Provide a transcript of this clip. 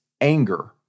anger